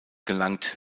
gelangt